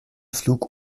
flug